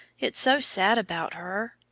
it's so sad about her,